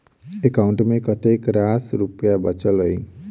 account मे कतेक रास रुपया बचल एई